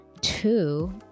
Two